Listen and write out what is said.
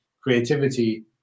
creativity